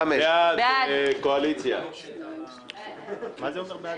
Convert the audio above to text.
לא מחויבת למה שאנחנו סבורים שהוא נושא חדש ומה שהוא לא חדש.